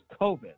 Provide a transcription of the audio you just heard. COVID